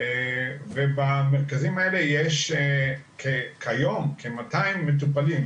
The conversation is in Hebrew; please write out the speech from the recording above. במרכזים האלה יש כיום כ-200 מטופלים,